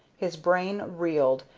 his brain reeled,